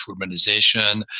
urbanization